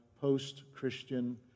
post-Christian